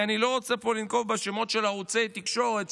אני לא רוצה לנקוב בשמות של ערוצי תקשורת,